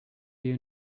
you